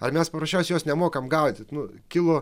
ar mes paprasčiausiai jos nemokam gaudyti nu kilo